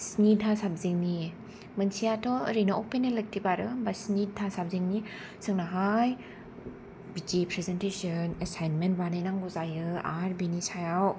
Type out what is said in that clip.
स्निथा साबजेक्टनि मोनसे आथ' ओरैनो अपेन एलेकटिब आरो होमबा स्निथा साबजेक्टनि जोंनाहाय बिदि प्रेजेनटेसन एसाइनमेन्ट बानायनांगौ जायो आरो बिनि सायाव